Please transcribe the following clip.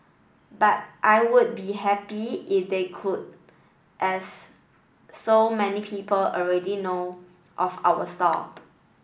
but I would be happy if they could as so many people already know of our stall